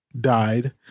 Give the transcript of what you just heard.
died